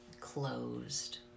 closed